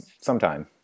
sometime